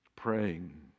praying